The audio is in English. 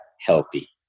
healthy